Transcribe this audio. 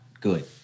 good